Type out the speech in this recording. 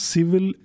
Civil